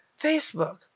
Facebook